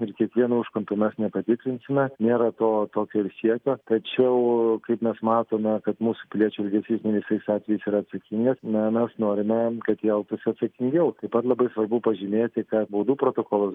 ir kiekvieno užkampio mes nepatikrinsime nėra to tokio ir siekio tačiau kaip mes matome kad mūsų piliečių elgesys ne visais atvejais yra atsakingas na mes norime kad jie elgtųsi atsakingiau taip pat labai svarbu pažymėti kad baudų protokolus